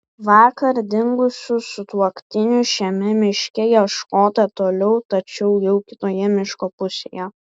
vakar dingusių sutuoktinių šiame miške ieškota toliau tačiau jau kitoje miško pusėje